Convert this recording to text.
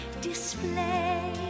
display